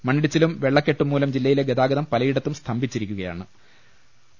മണ്ണിടിച്ചിലും വെള്ളക്കെട്ടും മൂലം ജില്ലയിലെ ഗതാഗതം പലയിടത്തും സ്തംഭിച്ചിരിക്കുകയാ ണ്